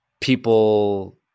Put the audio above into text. people